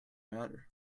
matter